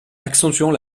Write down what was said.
accentuant